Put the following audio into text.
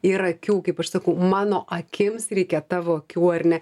ir akių kaip aš sakau mano akims reikia tavo akių ar ne